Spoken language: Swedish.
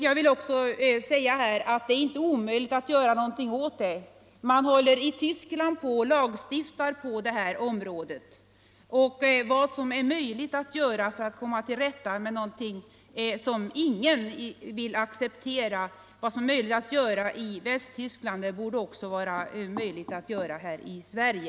Jag vill också framhålla att det inte är omöjligt att göra någonting åt saken. Man håller i Västtyskland på och lagstiftar på detta område, och vad som är möjligt att göra i Västtyskland för att komma till rätta med någonting som ingen vill acceptera borde vara möjligt att göra även här i Sverige.